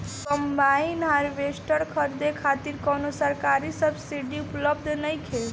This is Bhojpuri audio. कंबाइन हार्वेस्टर खरीदे खातिर कउनो सरकारी सब्सीडी उपलब्ध नइखे?